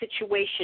situation